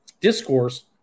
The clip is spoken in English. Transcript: discourse